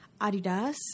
Adidas